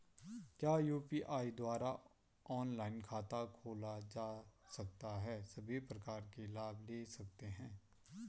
क्या यु.पी.आई द्वारा ऑनलाइन खाता खोला जा सकता है सभी प्रकार के लाभ ले सकते हैं?